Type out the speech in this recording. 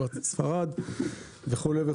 בספרד וכולי,